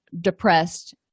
depressed